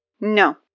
No